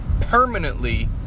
permanently